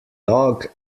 dog